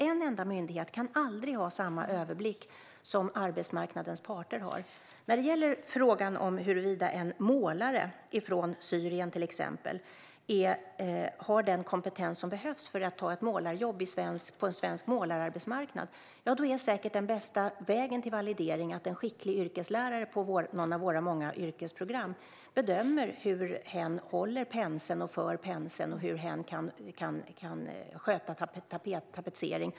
En enda myndighet kan aldrig ha samma överblick som arbetsmarknadens parter har. När det gäller frågan huruvida en målare från till exempel Syrien har den kompetens som behövs för att ta ett målarjobb på en svensk målararbetsmarknad är säkert bästa vägen till validering att en skicklig yrkeslärare på någon av våra många yrkesprogram bedömer hur hen håller penseln, för penseln och kan sköta tapetseringen.